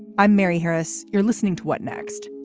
i'm mary harris. you're listening to what next.